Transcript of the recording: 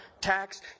tax